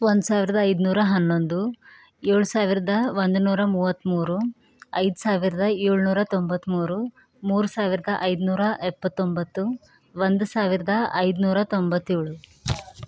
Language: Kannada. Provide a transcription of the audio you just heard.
ಒಂದು ಸಾವಿರದ ಐದುನೂರ ಹನ್ನೊಂದು ಏಳು ಸಾವಿರದ ಒಂದುನೂರ ಮೂವತ್ತಮೂರು ಐದು ಸಾವಿರದ ಏಳ್ನೂರ ತೊಂಬತ್ತಮೂರು ಮೂರು ಸಾವಿರದ ಐದುನೂರ ಎಪ್ಪತ್ತೊಂಬತ್ತು ಒಂದು ಸಾವಿರದ ಐದುನೂರ ತೊಂಬತ್ತೇಳು